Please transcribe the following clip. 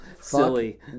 silly